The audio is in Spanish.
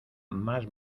más